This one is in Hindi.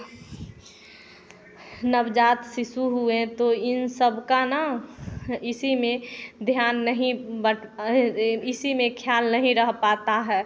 नवजात शिशु हुए तो इन सब का ना इसी में ध्यान नहीं बट इसी में ख्याल नहीं रह पाता है